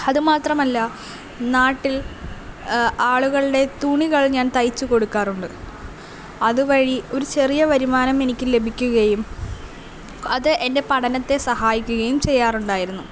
അതുമാത്രമല്ല നാട്ടിൽ ആളുകളുടെ തുണികൾ ഞാൻ തയ്ച്ച് കൊടുക്കാറുണ്ട് അതുവഴി ഒരു ചെറിയ വരുമാനം എനിക്ക് ലഭിക്കുകയും അത് എൻ്റെ പഠനത്തെ സഹായിക്കുകയും ചെയ്യാറുണ്ടായിരുന്നു